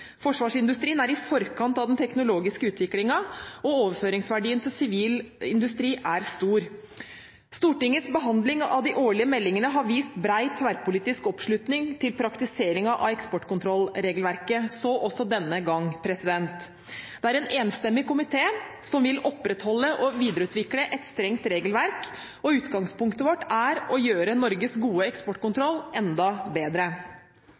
Forsvarsindustrien er i forkant av den teknologiske utviklingen, og overføringsverdien til sivil industri er stor. Stortingets behandling av de årlige meldingene har vist bred tverrpolitisk oppslutning til praktiseringen av eksportkontrollregelverket, så også denne gang. Det er en enstemmig komité som vil opprettholde og videreutvikle et strengt regelverk, og utgangspunktet vårt er å gjøre Norges gode eksportkontroll enda bedre.